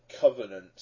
Covenant